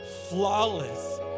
flawless